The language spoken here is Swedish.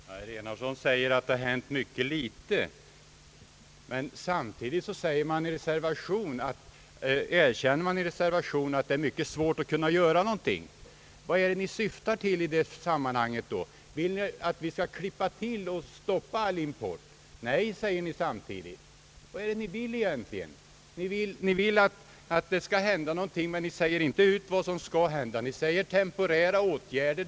Herr talman! Herr Enarsson säger att det har hänt mycket litet. Men samtidigt erkänner man i reservationen att det är svårt att göra någonting. Vad är det ni syftar till? Vill ni att vi skall klippa till och stoppa all import? Nej, säger ni samtidigt. Vad är det ni vill egentligen? Ni vill att det skall hända någonting, men ni säger inte ut vad som skall hända. Ni talar om temporära åtgärder.